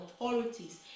authorities